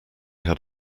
had